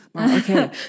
Okay